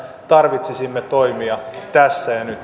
tarvitsisimme toimia tässä ja nyt